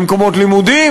למקומות לימודים,